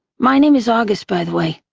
my name is august, by the way.